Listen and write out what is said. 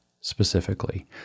specifically